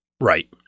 Right